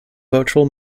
virtual